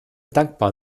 dankbar